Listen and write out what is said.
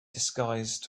disguised